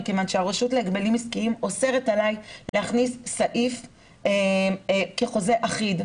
מכיוון שהרשות להגבלים עסקיים אוסרת עלי להכניס סעיף כחוזה אחיד.